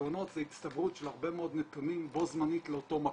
התאונות זה הצטברות של הרבה מאוד נתונים בו זמנית לאותו מקום.